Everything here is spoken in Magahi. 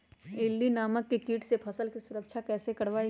इल्ली नामक किट से फसल के सुरक्षा कैसे करवाईं?